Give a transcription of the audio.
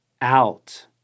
out